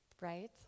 right